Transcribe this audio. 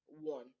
One